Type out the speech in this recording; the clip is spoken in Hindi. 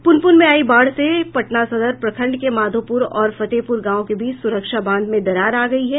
पुनपुन में आयी बाढ़ से पटना सदर प्रखंड के माधोपुर और फतेहपुर गांव के बीच सुरक्षा बांध में दरार आ गयी है